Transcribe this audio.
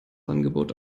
angebot